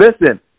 Listen